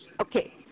Okay